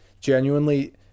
genuinely